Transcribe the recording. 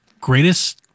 greatest